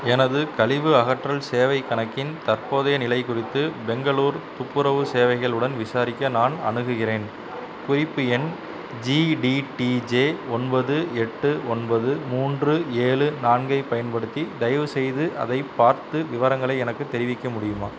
எனது கழிவு அகற்றல் சேவைக் கணக்கின் தற்போதைய நிலைக் குறித்து பெங்களூர் துப்புரவு சேவைகள் உடன் விசாரிக்க நான் அணுகுகிறேன் குறிப்பு எண் ஜி டி டி ஜே ஒன்பது எட்டு ஒன்பது மூன்று ஏழு நான்கை பயன்படுத்தி தயவுசெய்து அதை பார்த்து விவரங்களை எனக்குத் தெரிவிக்க முடியுமா